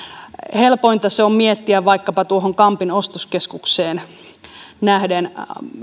helpointa se on miettiä vaikkapa tuohon kampin ostoskeskukseen nähden